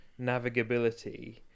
navigability